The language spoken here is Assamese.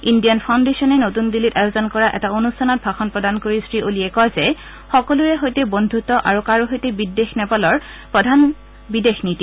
ইণ্ডিয়ান ফাউণ্ডেশ্যনে নতুন দিন্নীত আয়োজন কৰা এটা অনুষ্ঠানত ভাষণ প্ৰদান কৰি শ্ৰী অলিয়ে কয় যে সকলোৰে সৈতে বন্ধুত্ব আৰু কাৰো সৈতে বিদ্বেষ নেপালৰ প্ৰধান বিদেশ নীতি